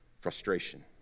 frustration